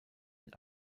mit